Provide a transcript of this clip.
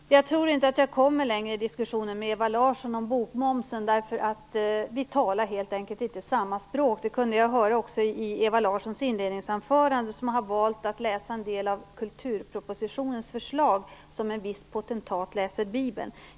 Herr talman! Jag tror inte att jag kommer längre i diskussionen med Ewa Larsson om bokmomsen, därför att vi talar helt enkelt inte samma språk. Detta kunde jag också höra i Ewa Larssons inledningsanförande, där hon valde att läsa en del av kulturpropositionens förslag som en viss potentat läser bibeln.